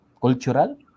cultural